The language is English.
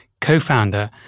co-founder